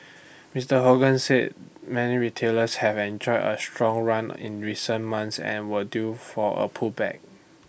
Mister Hogan said many retailers have enjoy A strong run in recent months and were due for A pullback